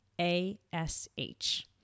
A-S-H